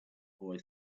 boy